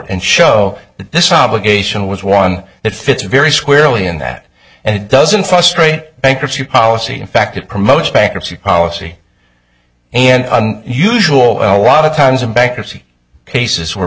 and show this obligation was one that fits very squarely in that and it doesn't frustrate bankruptcy policy in fact it promotes bankruptcy policy and usual a lot of times in bankruptcy cases where